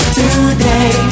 today